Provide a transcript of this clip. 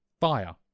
Fire